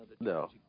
No